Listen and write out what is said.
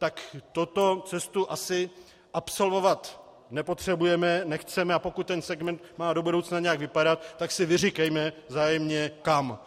Tak tuto cestu asi absolvovat nepotřebujeme, nechceme, a pokud ten segment má do budoucna nějak vypadat, tak si vyříkejme vzájemně kam.